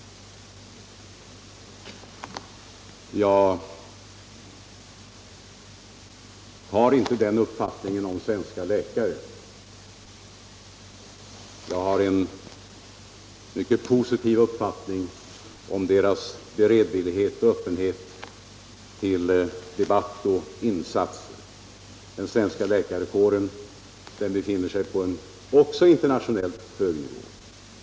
Jag har inte den uppfattningen om svenska läkare. Jag har en mycket positiv uppfattning om deras öppenhet och beredvillighet till debatt och insatser. Den svenska läkarkåren befinner sig också på en internationellt hög nivå.